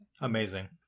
Amazing